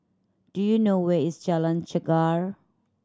do you know where is Jalan Chegar